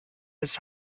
his